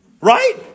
Right